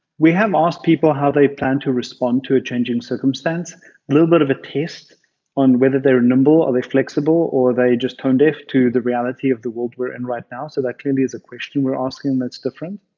we have asked people how they plan to respond to a change in circumstance. a little bit of a test on whether they are nimble, or they're flexible, or they just tone deaf to the reality of the world we're in right now. so that clearly is a question we're asking that's different.